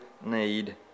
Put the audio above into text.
need